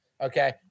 okay